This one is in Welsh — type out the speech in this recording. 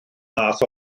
aeth